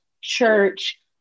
church